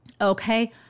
Okay